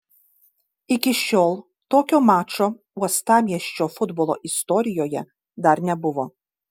iki šiol tokio mačo uostamiesčio futbolo istorijoje dar nebuvo